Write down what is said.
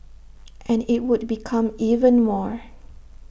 and IT would become even more